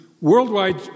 worldwide